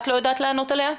את לא יודעת לענות עליה?